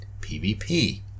PVP